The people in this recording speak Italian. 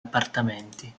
appartamenti